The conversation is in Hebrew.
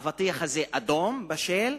האבטיח הזה אדום, בשל,